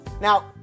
Now